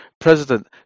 President